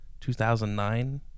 2009